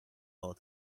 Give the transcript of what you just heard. all